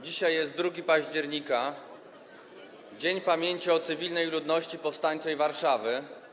Dzisiaj jest 2 października, Dzień Pamięci o Cywilnej Ludności Powstańczej Warszawy.